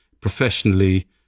Professionally